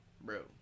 Bro